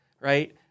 right